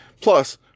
Plus